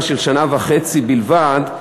לשנה וחצי בלבד,